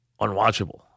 unwatchable